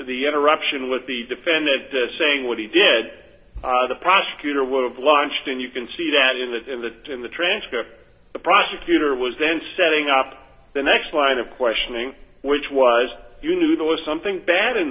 the interruption with the defendant saying what he did the prosecutor would have launched and you can see that in that in the in the transcript the prosecutor was then setting up the next line of questioning which was you knew there was something bad in